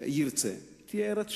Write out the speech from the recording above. ירצה, תהיה ארץ שלמה.